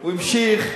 הוא המשיך,